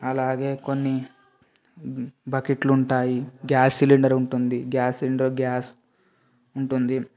అలాగే కొన్ని బకెట్లుంటాయి గ్యాస్ సిలిండర్ ఉంటుంది గ్యాస్ సిలిండర్ గ్యాస్ ఉంటుంది